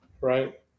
Right